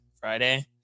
Friday